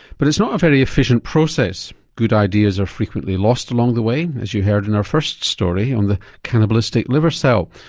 but it's not a very efficient process good ideas are frequently lost along the way as you heard in our first story on the cannibalistic liver cell.